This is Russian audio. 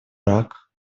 ирак